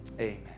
Amen